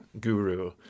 guru